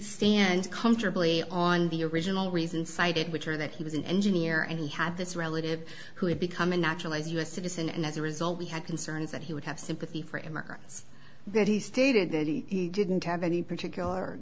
stand comfortably on the original reason cited which are that he was an engineer and he had this relative who had become a naturalized u s citizen and as a result we had concerns that he would have sympathy for him or that he stated that he didn't have any particular